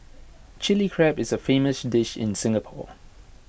Chilli Crab is A famous dish in Singapore